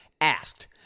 asked